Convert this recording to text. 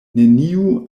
neniu